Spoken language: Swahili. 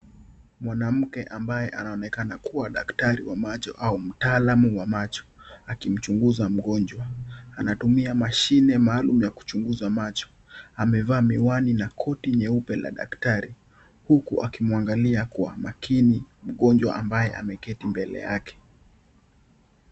Mwanamke ambaye anaonekana kuwa daktari wa macho au mtaalam wa macho akimchunguza mgonjwa. Anatumia mashine maalum ya chunguza macho. Amevaa miwani na koti nyepu la daktari huku akimwangalia kwa makini mgonjwa ambaye ameketi mbele yake.